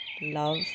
love